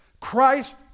Christ